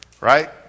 Right